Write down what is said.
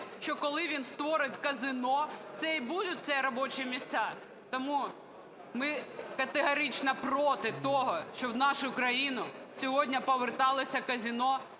що коли він створить казино, це і будуть робочі місця. Тому ми категорично проти того, щоб в нашу країну сьогодні поверталося казино